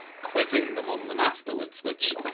quizzing them on them afterwards. which,